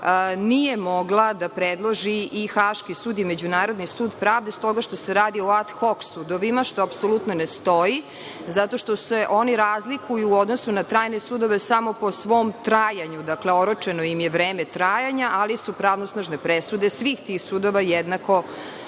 nije mogla da predloži i Haški sud i Međunarodni sud pravde stoga što se radi o ad hok sudovima, što apsolutno ne stoji, jer se oni razlikuju u odnosu na trajne sudove samo po svom trajanju. Dakle, oročeno im je vreme trajanja, ali su pravosnažne presude svih tih sudova jednako